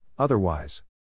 Otherwise